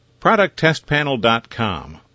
Producttestpanel.com